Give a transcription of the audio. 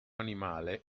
animale